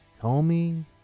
Comey